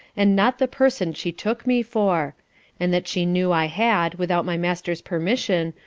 and not the person she took me for and that she knew, i had, without my master's permission,